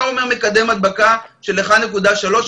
אתה אומר: מקדם הדבקה של 1.3,